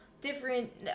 different